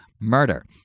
murder